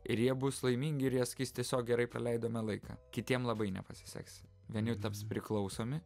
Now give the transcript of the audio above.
ir jie bus laimingi ir jie sakys tiesiog gerai praleidome laiką kitiem labai nepasiseks vieni taps priklausomi